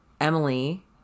Emily